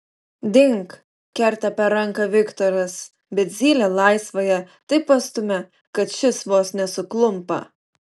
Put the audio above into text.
dink kerta per ranką viktoras bet zylė laisvąja taip pastumia kad šis vos nesuklumpa